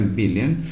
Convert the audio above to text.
billion